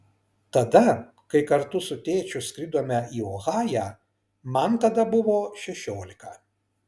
tada kai kartu su tėčiu skridome į ohają man tada buvo šešiolika